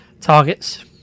targets